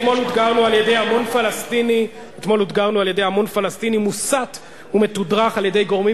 אתמול אותגרנו על-ידי המון פלסטיני מוסת ומתודרך על-ידי גורמים